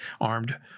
armed